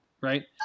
right